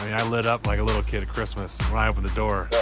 i lit up like a little kid at christmas when i opened the door.